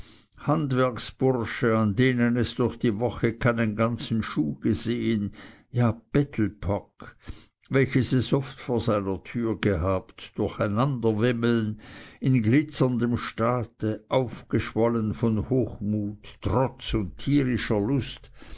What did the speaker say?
an denen es durch die woche keinen ganzen schuh gesehen ja bettelpack welches es oft vor seiner türe gehabt durcheinanderwimmeln in glitzerndem staate aufgeschwollen von hochmut trotz und tierischer lust